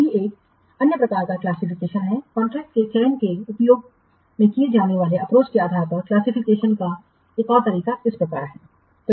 इसलिए अभी भी एक अन्य प्रकार का क्लासिफिकेशनहै कॉन्ट्रैक्ट के चयन में उपयोग किए जाने वाले अप्रोच के आधार पर क्लासिफिकेशनका एक और तरीका इस प्रकार है